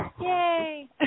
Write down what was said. yay